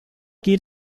geht